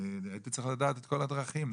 הייתי צריך לדעת את כל הדרכים,